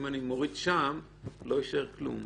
אם אני מוריד שם לא יישאר כלום.